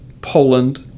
Poland